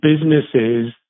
businesses